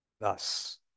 Thus